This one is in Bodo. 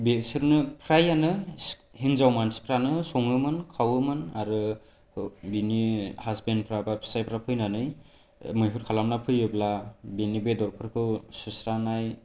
बेसोरनो प्रायानो हिनजाव मानसिफ्रानो सङोमोन खावोमोन आरो बिनि हासबेन्डफ्रा बा फिसाइफोरा फैनानै मैहुर खालामना फैयोब्ला बिनि बेदरफोरखौ सुस्रानाय